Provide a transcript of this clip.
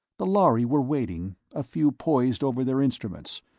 the lhari were waiting, a few poised over their instruments,